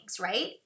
right